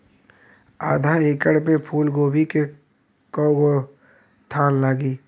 आधा एकड़ में फूलगोभी के कव गो थान लागी?